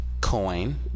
coin